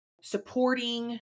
supporting